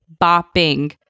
bopping